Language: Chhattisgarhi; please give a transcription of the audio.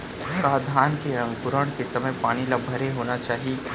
का धान के अंकुरण के समय पानी ल भरे होना चाही?